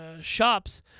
shops